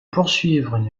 poursuivre